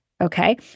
okay